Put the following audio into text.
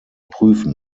prüfen